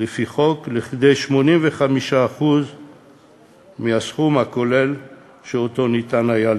לפי החוק לכדי 85% מהסכום הכולל שניתן היה לגבות.